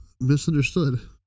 misunderstood